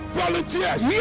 volunteers